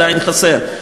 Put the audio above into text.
עדיין חסר.